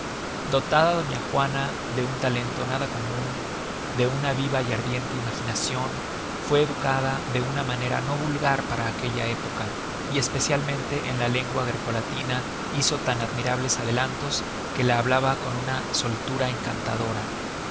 dotada doña juana de un talento nada comun de una viva y ardiente imaginacion fue educada de una manera no vulgar para aquella época y especialmente en la lengua greco latina hizo tan admirables adelantos que la hablaba con una soltura encantadora